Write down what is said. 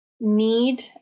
need